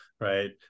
Right